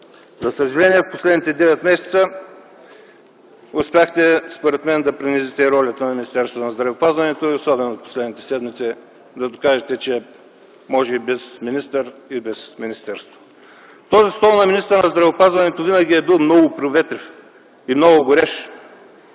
За съжаление последните девет месеца успяхте, според мен, да принизите ролята на Министерството на здравеопазването и особено в последните седмици да докажете, че може и без министър и без министерство. Този стол на министъра на здравеопазването винаги е бил много приветлив и много горещ.